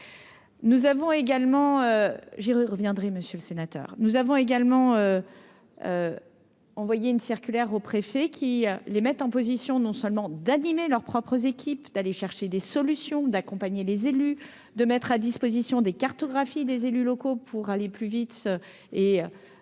nous avons également envoyé une circulaire aux préfets qui les mettent en position non seulement d'animer leurs propres équipes d'aller chercher des solutions d'accompagner les élus de mettre à disposition des cartographies des élus locaux pour aller plus vite et déterminé